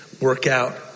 workout